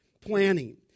planning